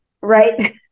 right